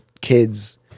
kids